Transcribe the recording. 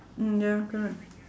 mm ya correct